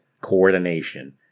coordination